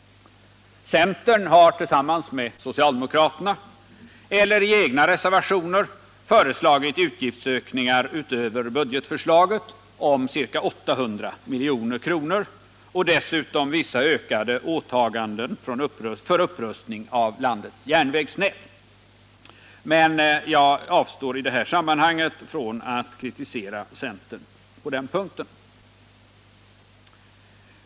Centern har tillsammans med socialdemokraterna eller i egna reservationer föreslagit vissa utgiftsökningar utöver budgetförslaget om ca 800 milj.kr. och dessutom vissa ökade åtaganden för upprustning av landets järnvägsnät, men jag avstår från att i det här sammanhanget kritisera centern på den punkten.